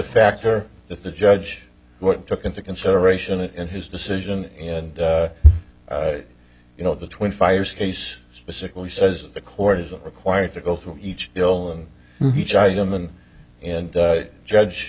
factor that the judge took into consideration in his decision and you know the twin fires case specifically says the court is required to go through each bill and each item and and judge